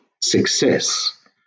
success